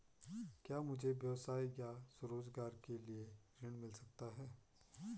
क्या मुझे व्यवसाय या स्वरोज़गार के लिए ऋण मिल सकता है?